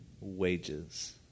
wages